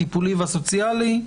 הטיפולי והסוציאלי?